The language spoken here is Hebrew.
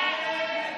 ההסתייגות